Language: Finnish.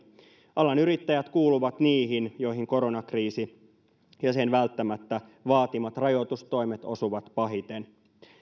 alan yrittäjät kuuluvat niihin joihin koronakriisi ja sen välttämättä vaatimat rajoitustoimet osuvat pahiten